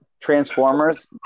transformers